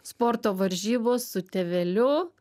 sporto varžybos su tėveliu